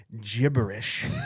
gibberish